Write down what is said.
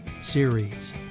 series